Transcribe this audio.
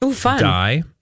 die